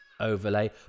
overlay